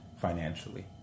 financially